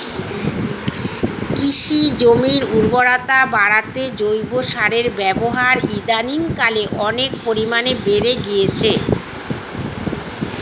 কৃষি জমির উর্বরতা বাড়াতে জৈব সারের ব্যবহার ইদানিংকালে অনেক পরিমাণে বেড়ে গিয়েছে